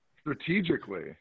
strategically